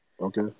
Okay